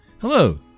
hello